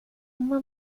uma